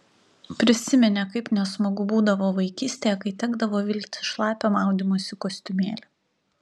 prisiminė kaip nesmagu būdavo vaikystėje kai tekdavo vilktis šlapią maudymosi kostiumėlį